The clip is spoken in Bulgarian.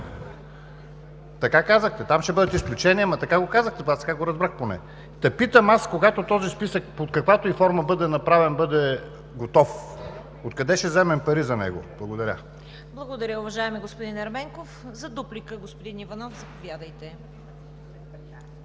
Така казахте. Там ще бъдат изключения – ама, така казахте, аз така го разбрах поне. Та, питам аз: когато този списък, под каквато и форма да бъде направен, да бъде готов, откъде ще вземем пари за него? Благодаря. ПРЕДСЕДАТЕЛ ЦВЕТА КАРАЯНЧЕВА: Благодаря, уважаеми господин Ерменков. За дуплика – господин Иванов, заповядайте.